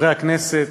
חברי הכנסת,